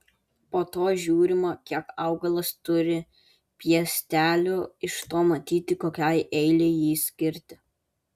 po to žiūrima kiek augalas turi piestelių iš to matyti kokiai eilei jį skirti